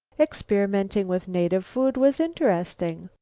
experimenting with native food was interesting.